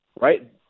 right